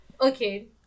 okay